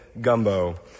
gumbo